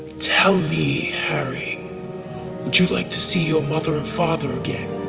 tell me, harry, would you like to see your mother and father again?